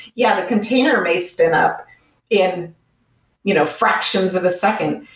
yeah, the container may spin up in you know fractions of a second.